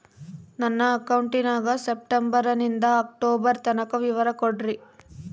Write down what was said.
ನನ್ನ ಅಕೌಂಟಿನ ಸೆಪ್ಟೆಂಬರನಿಂದ ಅಕ್ಟೋಬರ್ ತನಕ ವಿವರ ಕೊಡ್ರಿ?